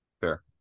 fair